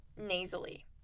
nasally